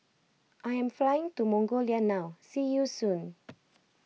I am flying to Mongolia now see you soon